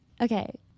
Okay